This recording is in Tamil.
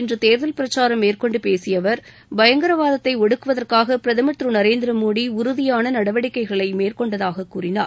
இன்று தேர்தல் பிரச்சாரம் மேற்கொண்டு பேசிய அவர் பயங்கரவாதத்தை பிகாரில் ஒடுக்குவதற்காக பிரதமர் திரு நரேந்திர மோடி உறுதியான நடவடிக்கைகளை மேற்கொண்டதாக கூறினார்